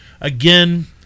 Again